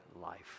life